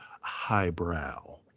highbrow